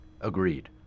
agreed